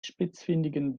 spitzfindigen